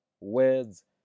Words